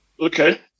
Okay